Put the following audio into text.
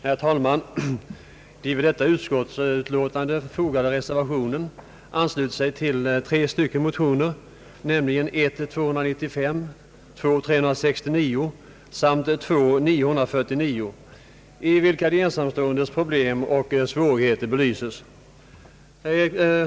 Herr talman! Den vid detta utskottsutlåtande fogade reservationen ansluter sig till tre motioner, nämligen I: 295, II: 369 och II: 949, i vilka de ensamståendes problem och svårigheter belyses.